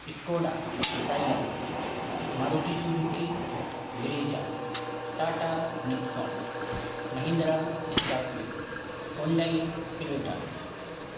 Skoda Kylaq Maruti Suzuki Brezza Tata Nexon Mahindra Scorpio Hyundai Creta